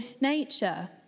nature